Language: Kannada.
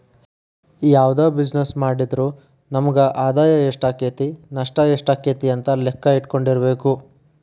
ಯಾವ್ದ ಬಿಜಿನೆಸ್ಸ್ ಮಾಡಿದ್ರು ನಮಗ ಆದಾಯಾ ಎಷ್ಟಾಕ್ಕತಿ ನಷ್ಟ ಯೆಷ್ಟಾಕ್ಕತಿ ಅಂತ್ ಲೆಕ್ಕಾ ಇಟ್ಕೊಂಡಿರ್ಬೆಕು